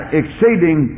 exceeding